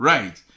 Right